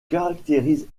caractérise